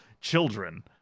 children